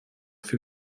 für